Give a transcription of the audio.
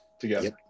together